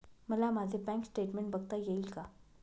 मला माझे bank statement बघता येईल का?